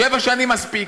שבע שנים מספיק.